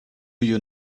you